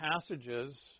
passages